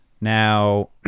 now